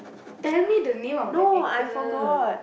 tell me the name of the actor